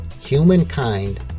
humankind